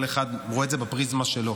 כל אחד רואה את זה בפריזמה שלו.